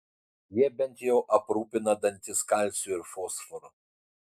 jie bent jau aprūpina dantis kalciu ir fosforu